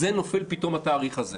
פתאום נופל התאריך הזה.